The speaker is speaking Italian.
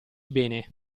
bene